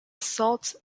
salt